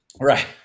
Right